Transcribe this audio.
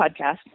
podcast